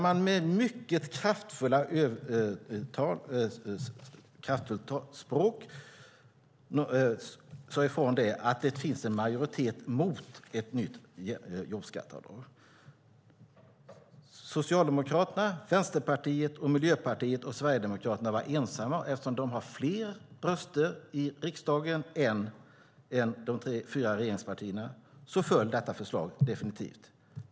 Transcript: Med ett mycket kraftfullt språk sade man att det fanns en majoritet mot ett nytt jobbskatteavdrag. Socialdemokraterna, Vänsterpartiet, Miljöpartiet och Sverigedemokraterna var ensamma. Eftersom de har fler röster i riksdagen än de fyra regeringspartierna föll detta förslag definitivt.